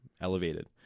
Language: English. elevated